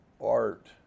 art